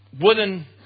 wooden